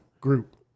group